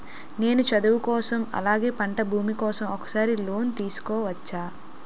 నేను చదువు కోసం అలాగే పంట భూమి కోసం ఒకేసారి లోన్ తీసుకోవచ్చా?